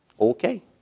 okay